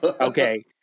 Okay